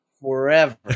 forever